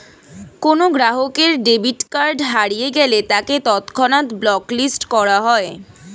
কোনো গ্রাহকের debit card হারিয়ে গেলে তাকে তৎক্ষণাৎ ব্লক লিস্ট করা হয়